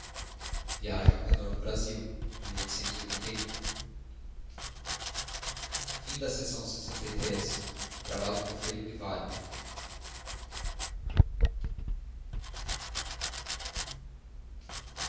viagem ao redor do brasil e o rei em